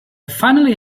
finally